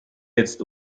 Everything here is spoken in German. jetzt